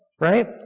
Right